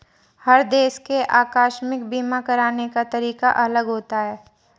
हर देश के आकस्मिक बीमा कराने का तरीका अलग होता है